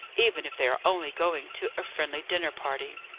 even if they are only going to a friendly dinner-party.